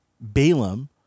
Balaam